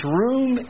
room